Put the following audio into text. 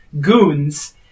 goons